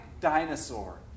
dinosaur